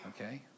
Okay